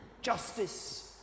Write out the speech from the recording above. Justice